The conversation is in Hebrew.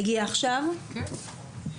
אני רואה.